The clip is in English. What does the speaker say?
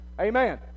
Amen